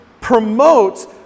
promotes